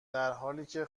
درحالیکه